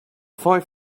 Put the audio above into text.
five